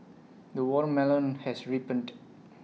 the watermelon has ripened